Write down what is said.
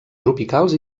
tropicals